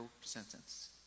sentence